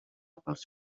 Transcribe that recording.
pels